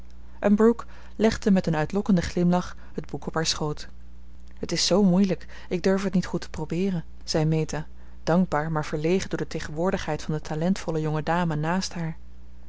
en brooke legde met een uitlokkenden glimlach het boek op haar schoot het is zoo moeilijk ik durf het niet goed te probeeren zei meta dankbaar maar verlegen door de tegenwoordigheid van de talentvolle jonge dame naast haar